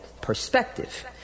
perspective